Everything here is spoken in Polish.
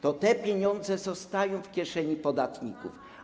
Te pieniądze zostają w kieszeni podatników.